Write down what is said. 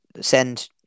send